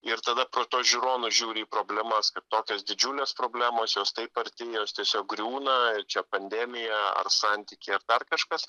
ir tada pro tuos žiūronus žiūri į problemas kad tokios didžiulės problemos jos taip arti jos tiesiog griūna čia pandemija ar santykiai ar dar kažkas